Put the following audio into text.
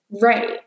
Right